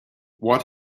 what